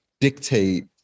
dictate